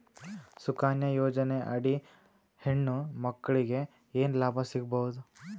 ಸುಕನ್ಯಾ ಯೋಜನೆ ಅಡಿ ಹೆಣ್ಣು ಮಕ್ಕಳಿಗೆ ಏನ ಲಾಭ ಸಿಗಬಹುದು?